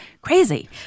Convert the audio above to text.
crazy